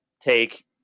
take